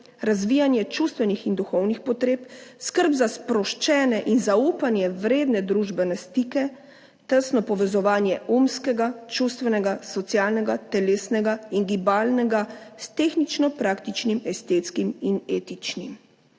razvijanje čustvenih in duhovnih potreb, skrb za sproščene in zaupanje vredne družbene stike, tesno povezovanje umskega, čustvenega, socialnega, telesnega in gibalnega, s tehnično praktičnim, estetskim in etičnim.